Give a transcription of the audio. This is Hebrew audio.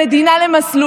ליל החניונים,